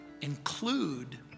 include